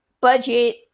budget